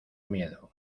miedo